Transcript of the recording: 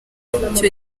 icyo